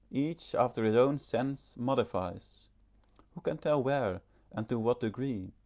each, after his own sense, modifies tell where and to what degree